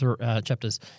Chapters